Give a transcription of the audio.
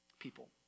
people